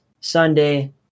sunday